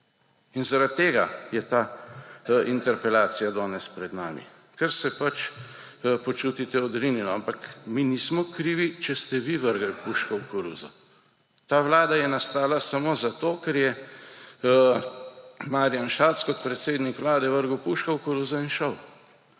In zaradi tega je ta interpelacija danes pred nami. Ker se pač počutite odrinjene. Ampak mi nismo krivi, če ste vi vrgli puško v koruzo. Ta vlada je nastala samo zato, ker je Marjan Šarec kot predsednik Vlade vrgel puško v koruzo in šel.